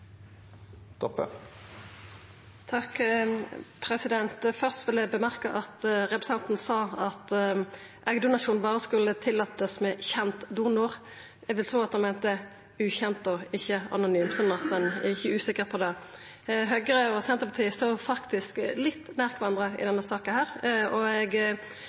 Først vil eg seia at representanten sa at eggdonasjon berre skulle tillatast med kjent donor. Eg vil tru at han meinte ukjent, og ikkje anonym, slik at ein ikkje